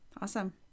Awesome